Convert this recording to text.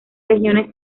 regiones